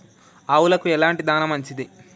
ఆవులకు ఎలాంటి దాణా మంచిది?